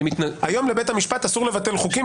היום לבית המשפט אסור לבטל חוקים,